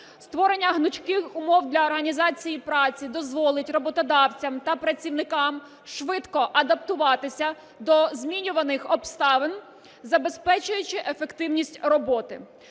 Створення гнучких умов для організації праці дозволить роботодавцям та працівникам швидко адаптуватися до змінюваних обставин, забезпечуючи ефективність роботи.